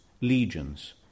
legions